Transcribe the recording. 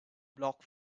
block